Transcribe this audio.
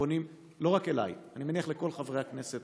שפונים לא רק אליי אלא אני מניח שלכל חברי הכנסת